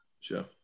sure